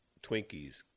Twinkies